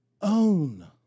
own